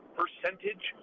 percentage